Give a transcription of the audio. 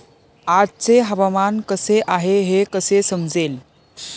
आजचे हवामान कसे आहे हे कसे समजेल?